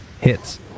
Hits